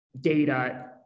data